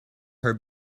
her